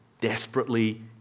desperately